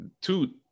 two